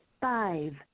Five